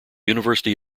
university